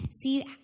See